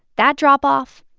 that drop-off,